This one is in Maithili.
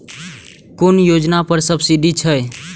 कुन योजना पर सब्सिडी छै?